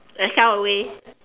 and sell away